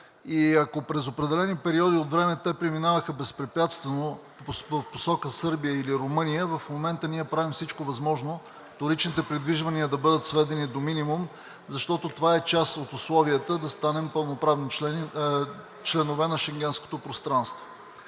Ако през определени периоди от време те преминаваха безпрепятствено в посока Сърбия или Румъния, момента ние правим всичко възможно вторичните придвижвания да бъдат сведени до минимум, защото това е част от условията да станем пълноправни членове на Шенгенското пространство.